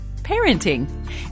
parenting